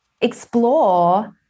explore